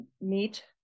meet